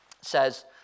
says